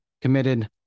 committed